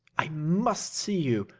i must see you,